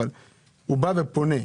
אבל הוא בא ופונה,